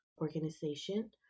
organization